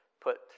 put